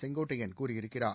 செங்கோட்டையன் கூறியிருக்கிறார்